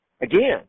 Again